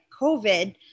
covid